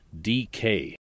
DK